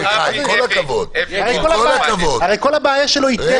כל הבעיה שלו היא טכנית.